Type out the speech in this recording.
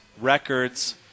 records